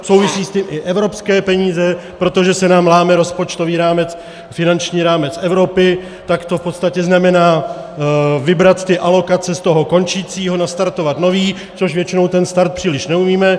Souvisí s tím i evropské peníze, protože se nám láme rozpočtový rámec, finanční rámec Evropy, tak to v podstatě znamená vybrat ty alokace z toho končícího, nastartovat nový, což většinou ten start příliš neumíme.